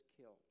killed